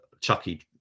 Chucky